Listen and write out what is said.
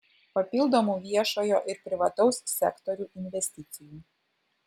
papildomų viešojo ir privataus sektorių investicijų